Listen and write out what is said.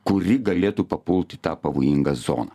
kuri galėtų papult į tą pavojingą zoną